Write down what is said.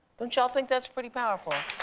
don't you all think that's pretty powerful?